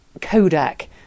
Kodak